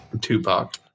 Tupac